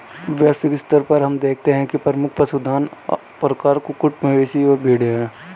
वैश्विक स्तर पर हम देखते हैं कि प्रमुख पशुधन प्रकार कुक्कुट, मवेशी और भेड़ हैं